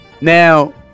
Now